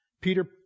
Peter